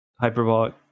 hyperbolic